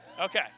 Okay